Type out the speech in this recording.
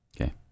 Okay